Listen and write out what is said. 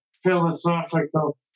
Philosophical